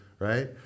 Right